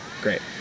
Great